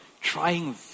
trying